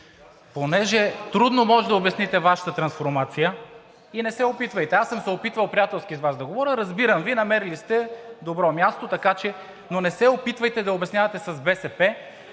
Понеже трудно можете да обясните Вашата трансформация, а и не се опитвайте. Аз съм се опитвал приятелски да говоря с Вас. Разбирам Ви – намерили сте добро място, така че… Но не се опитвайте да я обяснявате с БСП